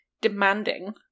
demanding